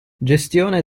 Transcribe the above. gestione